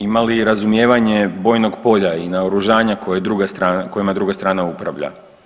Ima li razumijevanje bojnog polja i naoružanja kojima druga strana upravlja?